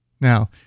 Now